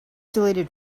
deleted